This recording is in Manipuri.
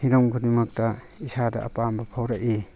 ꯍꯤꯔꯝ ꯈꯨꯗꯤꯡꯃꯛꯇꯥ ꯏꯁꯥꯗ ꯑꯄꯥꯝꯕ ꯐꯥꯎꯔꯛꯏ